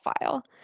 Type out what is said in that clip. file